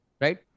Right